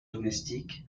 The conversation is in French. domestique